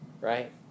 right